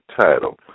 title